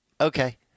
Okay